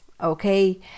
Okay